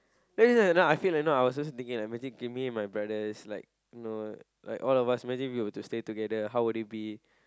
you know you know I feel like no I was just thinking like imagine okay me and my brothers like you know like all of us imagine we were to stay together how would it be